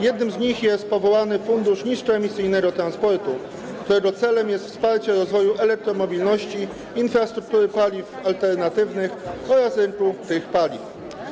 Jednym z nich jest powołany Fundusz Niskoemisyjnego Transportu, którego celem jest wsparcie rozwoju elektromobilności, infrastruktury, paliw alternatywnych oraz rynku tych paliw.